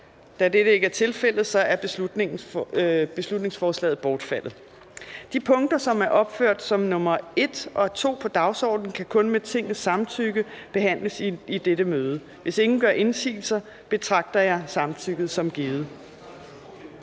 Da det ikke er tilfældet, er beslutningsforslaget bortfaldet. De sager, der er opført under punkt 1 og 2 på dagsordenen, kan kun med Tingets samtykke behandles i dette møde. Hvis ingen gør indsigelse, betragter jeg samtykket som givet.